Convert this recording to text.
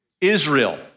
Israel